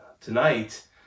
tonight